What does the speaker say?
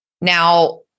Now